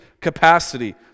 capacity